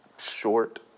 short